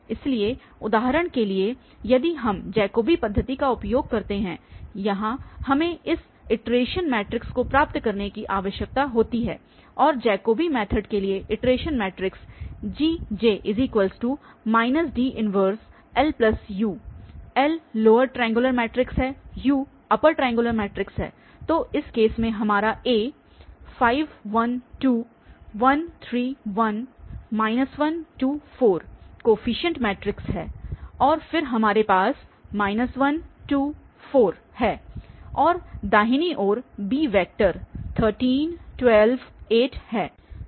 इसलिए उदाहरण के लिए यदि हम जैकोबी पद्धति का उपयोग करते हैं जहां हमें इस इटरेशन मैट्रिक्स को प्राप्त करने की आवश्यकता होती है और जैकोबी मैथड के लिए iteration matrix GJ D 1LU L lower triangular matrix है U अपर ट्राइऐंग्युलर मैट्रिक्स है तो इस केस में हमारा A 5 1 2 1 3 1 1 2 4 कोफीशिएंट मैट्रिक्स है और फिर हमारे पास 1 2 4 है और दाहिनी ओर b वेक्टर 13 12 8 है